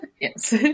Yes